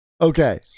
Okay